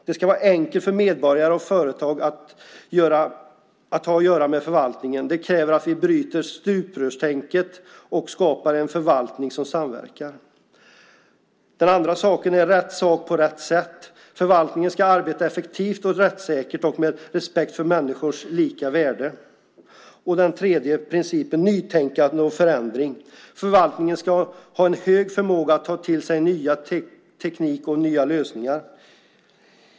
Det ska vara enkelt för medborgare och företag att ha att göra med förvaltningen. Det kräver att vi bryter stuprörstänkandet och skapar en förvaltning som samverkar. Den andra är: rätt sak på rätt sätt. Förvaltningen ska arbeta effektivt och rättssäkert och med respekt för människors lika värde. Och den tredje är: nytänkande och förändring. Förvaltningen ska ha en hög förmåga att ta till sig ny teknik och nya lösningar.